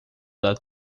das